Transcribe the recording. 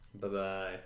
bye-bye